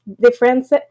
difference